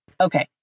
Okay